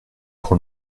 pour